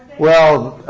well,